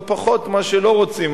ופחות מה שלא רוצים.